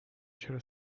چرا